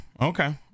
okay